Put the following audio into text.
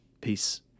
Peace